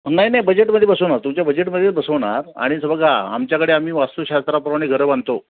नाही नाही बजेटमध्ये बसवणार तुमच्या बजेटमध्येच बसवणार आणिचं बघा आमच्याकडे आम्ही वास्तूशास्त्राप्रमाणे घरं बांधतो